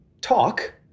talk